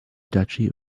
duchy